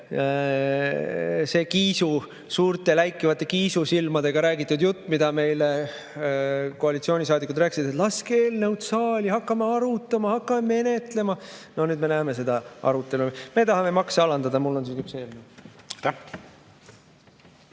see suurte läikivate kiisusilmadega räägitud jutt, mida meile koalitsioonisaadikud rääkisid, et laske eelnõud saali, hakkame arutama, hakkame menetlema. No nüüd me näeme seda arutelu. Me tahame makse alandada. Mul on siin üks